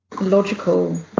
logical